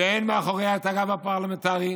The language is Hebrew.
שאין מאחוריה גב פרלמנטרי.